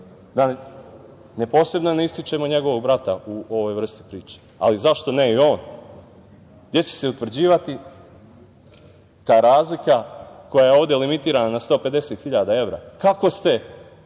da posebno ne ističemo njegovog brata u ovoj vrsti priče, ali zašto ne i on, jer će se utvrđivati ta razlika koja je ovde limitirana na 150.000 evra. Kako ste